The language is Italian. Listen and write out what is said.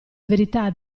verità